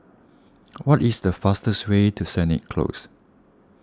what is the fastest way to Sennett Close